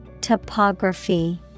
Topography